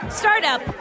startup